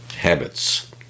habits